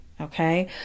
Okay